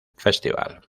festival